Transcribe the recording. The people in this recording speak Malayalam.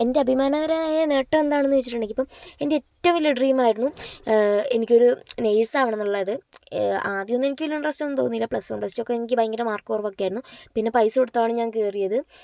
എൻ്റെ അഭിമാനകരമായ നേട്ടം എന്താണെന്ന് വെച്ചിട്ടുണ്ടെങ്കിൽ ഇപ്പം എൻ്റെ ഏറ്റവും വലിയ ഡ്രീം ആയിരുന്നു എനിക്ക് ഒരു നേഴ്സ് ആവണമെന്നുള്ളത് എനിക്ക് ആദ്യമൊന്നും എനിക്ക് വലിയ ഇൻറ്ററെസ്റ്റ് ഒന്നും തോന്നിയില്ല വൺ പ്ലസ് ടു ഒക്കെ എനിക്ക് ഭയങ്കര മാർക്ക് കുറവൊക്കെയായിരുന്നു പിന്നെ പൈസ കൊടുത്താണ് ഞാൻ കയറിയത്